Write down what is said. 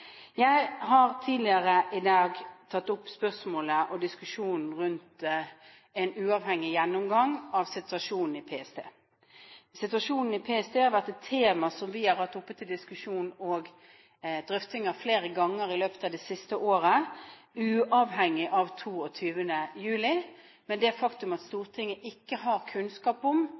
Jeg har tidligere i dag tatt opp spørsmålet og diskusjonen rundt en uavhengig gjennomgang av situasjonen i PST. Situasjonen i PST har vært et tema som vi har hatt oppe til diskusjon og drøftinger flere ganger i løpet av det siste året, uavhengig av 22. juli. Men det er et faktum at Stortinget ikke har kunnskap om